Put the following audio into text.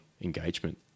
engagement